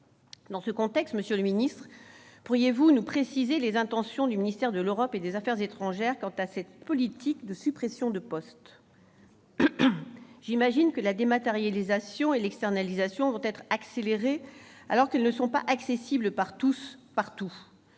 Dans ce contexte, pourriez-vous préciser quelles sont les intentions du ministère de l'Europe et des affaires étrangères quant à cette politique de suppressions de postes ? J'imagine que la dématérialisation et l'externalisation seront accélérées, alors qu'elles ne sont pas accessibles par tous et partout.